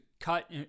cut